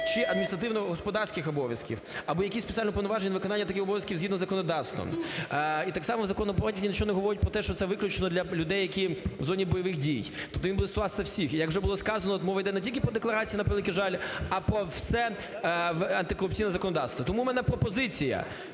чи адміністративно-господарських обов'язків або які спеціально уповноважені на виконання таких обов'язків згідно законодавства і так само …… говорять про те, що це виключно для людей, які в зоні бойових дій, тобто він буде стосуватися всіх. Як вже було сказано, мова йде не тільки про декларації, на превеликий жаль, а про все антикорупційне законодавство. Тому в мене пропозиція,